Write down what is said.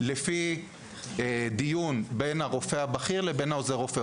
לפי הדיון בין הרופא הבכיר לבין עוזר הרופא.